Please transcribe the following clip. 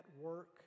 work